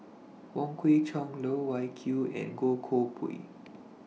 Wong Kwei Cheong Loh Wai Kiew and Goh Koh Pui